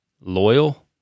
loyal